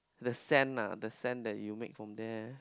the sand ah the sand that you make from there